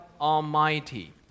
Almighty